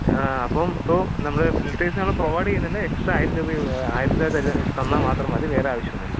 അപ്പം സോ നമ്മൾ ഫിൽറ്റേഴ്സ്സ് നമ്മൾ പ്രോവൈഡ് ചെയ്യുന്നുണ്ട് എക്സ്ട്രാ ആയിരം രൂപയേ ആയിരം രൂപ തരാൻ തന്നാൽ മാത്രം മതി വേറെ ആവശ്യമൊന്നുമില്ല